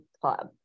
Club